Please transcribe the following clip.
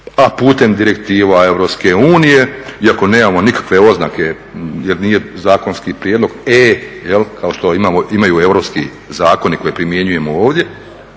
a putem direktiva EU, iako nemamo nikakve oznake jer nije zakonski prijedlog E jel' kao što imaju europski zakoni koje primjenjujemo ovdje,